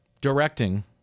directing